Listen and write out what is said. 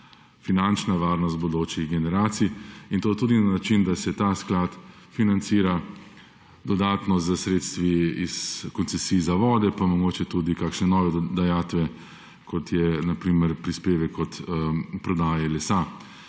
finančna varnost prihodnjih generacij. In to tudi na način, da se ta sklad financira dodatno s sredstvi iz koncesij za vode, pa mogoče tudi kakšne nove dajatve, kot je na primer prispevek od prodaje lesa.